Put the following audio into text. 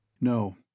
No